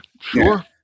Sure